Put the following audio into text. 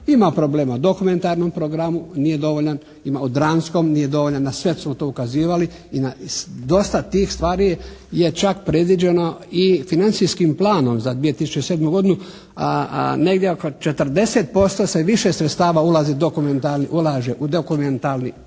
Ima problema u dokumentarnom programu, nije dovoljan, ima u dramskom, nije dovoljan, na sve smo to ukazivali i na dosta tih stvari je čak predviđeno i financijskim planom za 2007. godinu. Negdje oko 40% se više sredstava ulaže u dokumentarni i